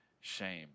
shame